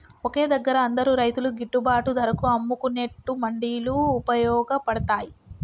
ఒకే దగ్గర అందరు రైతులు గిట్టుబాటు ధరకు అమ్ముకునేట్టు మండీలు వుపయోగ పడ్తాయ్